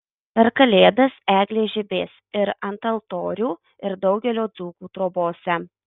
per kalėdas eglės žibės ir ant altorių ir daugelio dzūkų trobose